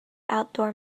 outdoor